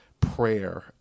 Prayer